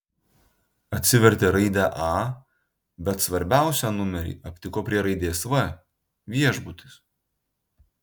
atsivertė raidę a bet svarbiausią numerį aptiko prie raidės v viešbutis